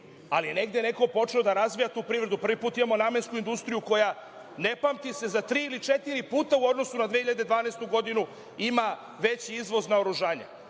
ali je negde neko počeo da razvija tu privredu. Prvi put imamo namensku industriju koja se ne pamti, za tri ili četiri puta u odnosu na 2012. godinu ima veći izvoz naoružanja.